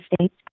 States